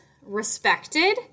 respected